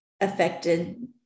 affected